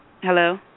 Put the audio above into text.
Hello